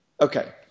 Okay